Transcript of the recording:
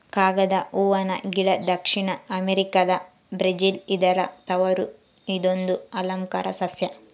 ಕಾಗದ ಹೂವನ ಗಿಡ ದಕ್ಷಿಣ ಅಮೆರಿಕಾದ ಬ್ರೆಜಿಲ್ ಇದರ ತವರು ಇದೊಂದು ಅಲಂಕಾರ ಸಸ್ಯ